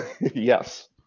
Yes